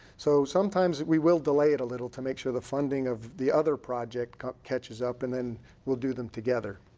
so sometimes we will delay it a little to make sure the funding of the other project catches up and then we'll do them together.